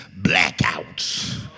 blackouts